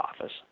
office